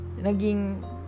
naging